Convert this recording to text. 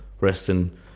resting